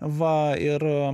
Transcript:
va ir